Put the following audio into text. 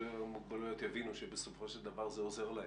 מוגבלויות יבינו שבסופו של דבר זה עוזר להם.